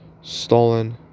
stolen